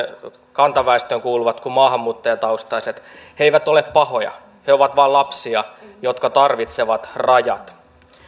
kantaväestöön kuuluvat kuin maahanmuuttajataustaiset eivät ole pahoja he ovat vain lapsia jotka tarvitsevat rajat